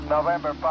November